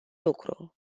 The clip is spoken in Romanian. lucru